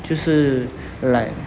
就是 like